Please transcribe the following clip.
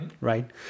right